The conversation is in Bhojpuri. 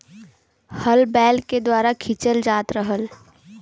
हल बैल के द्वारा खिंचल जात रहल